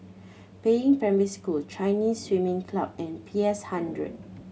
Peiying Primary School Chinese Swimming Club and P S Hundred